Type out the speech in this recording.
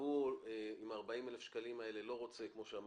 הוא לא רוצה שמאי מכריע, כמו שאמרנו,